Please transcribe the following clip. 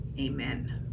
Amen